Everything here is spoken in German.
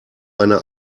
eine